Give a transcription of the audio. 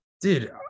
Dude